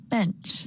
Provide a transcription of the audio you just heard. Bench